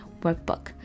workbook